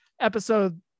episode